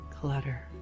clutter